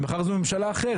מחר זו ממשלה אחרת.